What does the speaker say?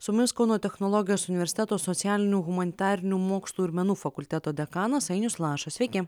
su mumis kauno technologijos universiteto socialinių humanitarinių mokslų ir menų fakulteto dekanas ainius lašas sveiki